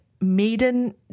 maiden